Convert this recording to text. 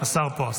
השר פה.